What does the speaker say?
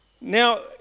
Now